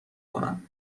کنم